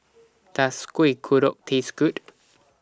Does Kuih Kodok Taste Good